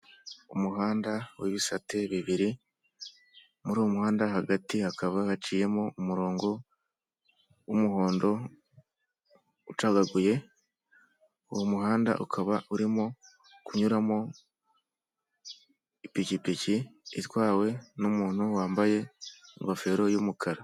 Umuhanda w'ibisate bibiri, muri uwo muhanda hagati hakaba haciyemo umurongo w'umuhondo ucagaguye, uwo muhanda ukaba uri kunyuramo ipikipiki itwawe n'umuntu wambaye ingofero y'umukara.